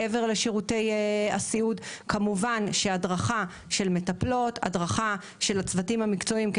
מעבר לשירותי הסיעוד; וכמובן שהדרכה של מטפלות ושל הצוותים המקצועיים,